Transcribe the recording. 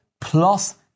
plus